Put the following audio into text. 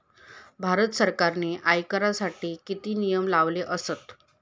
भारत सरकारने आयकरासाठी किती नियम लावले आसत?